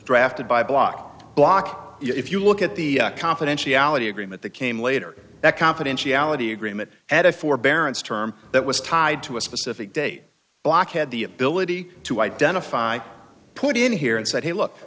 drafted by block block if you look at the confidentiality agreement that came later that confidentiality agreement at a forbearance term that was tied to a specific date blockhead the ability to identify put in here and said hey look